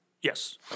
Yes